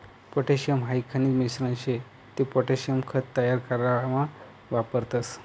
potassium हाई खनिजन मिश्रण शे ते पोटॅशियम खत तयार करामा वापरतस